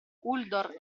uldor